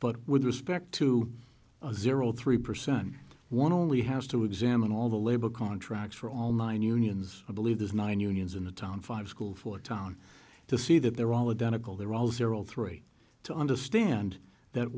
but with respect to zero three percent one only has to examine all the labor contracts for all nine unions i believe there's nine unions in the town five school for town to see that they're all adenike and they're all zero three to understand that